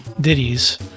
ditties